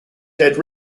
dead